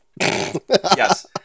Yes